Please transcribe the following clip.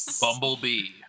Bumblebee